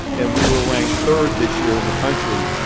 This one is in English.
and we were ranked third this year in the country.